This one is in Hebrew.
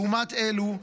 לעומת אלו,